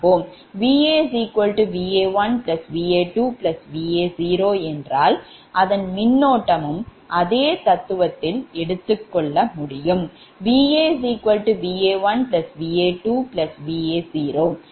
VaVa1Va2Va0எனவே மின்னோட்டமும் அதே தத்துவதில் எடுத்துக்கொண்டால் VaVa1Va2Va0